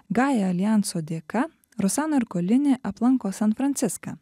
gaja aljanso dėka rosano erkolini aplanko san franciską